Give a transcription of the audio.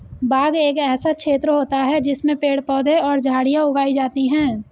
बाग एक ऐसा क्षेत्र होता है जिसमें पेड़ पौधे और झाड़ियां उगाई जाती हैं